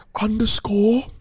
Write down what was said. underscore